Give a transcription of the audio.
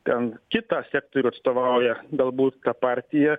ten kitą sektorių atstovauja galbūt ta partija